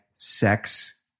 Sex